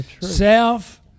self